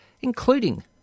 including